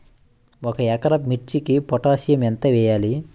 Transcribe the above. ఒక ఎకరా మిర్చీకి పొటాషియం ఎంత వెయ్యాలి?